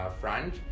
front